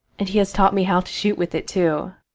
and he has taught me how to shoot with it too.